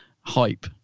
hype